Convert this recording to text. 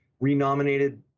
renominated